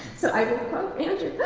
so i will call andrew